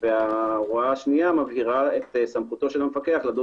וההוראה השנייה מבהירה את סמכותו של המפקח לדון